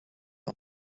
ans